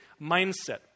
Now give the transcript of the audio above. mindset